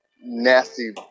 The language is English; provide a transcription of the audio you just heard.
nasty